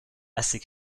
assez